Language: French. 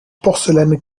porcelaine